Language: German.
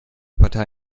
partei